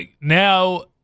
now